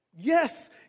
Yes